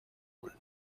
polen